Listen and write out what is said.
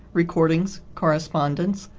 recordings, correspondence,